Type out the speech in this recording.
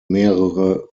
mehrere